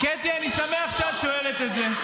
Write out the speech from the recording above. קטי, אני שמח שאת שואלת את זה.